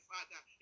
Father